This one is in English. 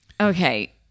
okay